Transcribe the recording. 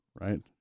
right